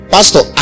Pastor